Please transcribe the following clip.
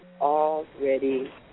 Already